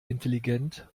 intelligent